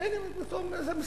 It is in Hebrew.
והנה פתאום זה מסתדר,